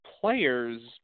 players